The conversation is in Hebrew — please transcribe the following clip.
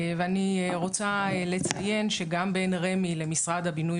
אני רוצה לציין שגם בין רמ"י למשרד הבינוי